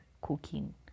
cooking